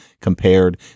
compared